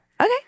okay